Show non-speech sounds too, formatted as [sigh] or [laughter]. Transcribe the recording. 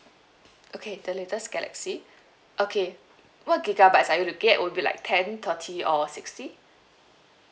okay the latest galaxy [breath] okay what gigabytes are you looking at would it be like ten thirty or sixty